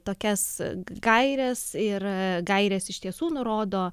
tokias gaires ir gairės iš tiesų nurodo